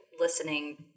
listening